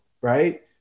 right